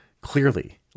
clearly